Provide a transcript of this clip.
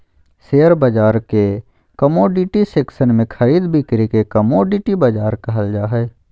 share बाजार के commodity section में खरीद बिक्री के कमोडिटी बाजार कहल जा हइ